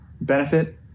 benefit